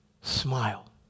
smile